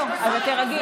לא, אבל תירגעי.